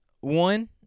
one